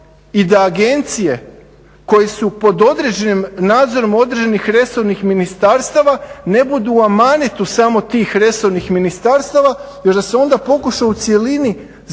i da agencije koje su pod određenim nadzorom određenih resornih ministarstava ne budu amanet samo tih resornih ministarstava i da se onda pokuša u cjelini zapravo